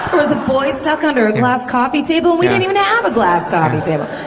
was a boy stuck under a glass coffee table. we didn't even have a glass coffee table.